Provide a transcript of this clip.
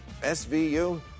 SVU